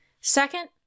Second